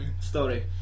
story